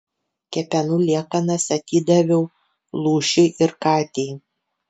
kepenų liekanas atidaviau lūšiui ir katei